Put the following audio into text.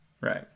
Right